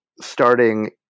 starting